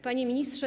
Panie Ministrze!